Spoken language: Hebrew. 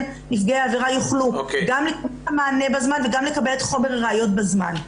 נפגעי עבירה יוכלו גם לקבל מענה בזמן וגם לקבל את חומר הראיות בזמן.